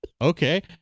Okay